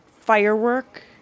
Firework